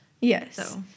yes